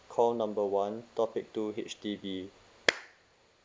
call number one topic two H_D_B